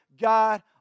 God